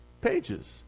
pages